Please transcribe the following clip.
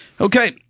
okay